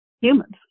humans